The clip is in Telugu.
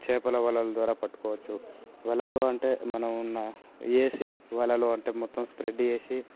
చేపల వలల ద్వారా పట్టుకోవచ్చు వలలు అంటే మనం వేసి వలలు అంటే మొత్తం స్ప్రెడ్ చేసి